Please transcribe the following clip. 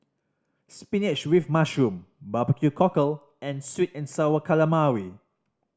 spinach with mushroom barbecue cockle and sweet and Sour Calamari